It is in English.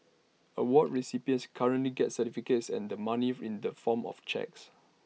award recipients currently get certificates and the money in the form of cheques